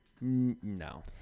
No